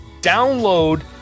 download